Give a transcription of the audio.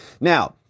Now